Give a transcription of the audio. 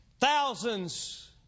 Thousands